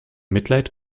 mitleid